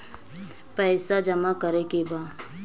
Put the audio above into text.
पैसा जमा करे के बा?